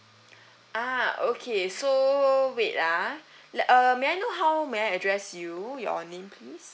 ah okay so wait ah let err may I know how may I address you your name please